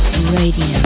radio